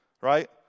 right